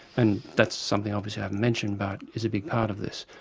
and that's something obviously i haven't mentioned but is a big part of this.